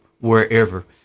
wherever